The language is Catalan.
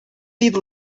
dit